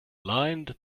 blind